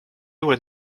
when